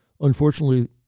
Unfortunately